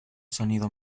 sonido